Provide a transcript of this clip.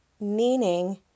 meaning